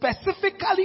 specifically